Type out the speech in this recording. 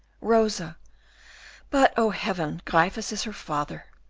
rosa but, oh heaven, gryphus is her father!